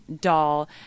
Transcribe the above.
doll